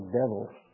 devils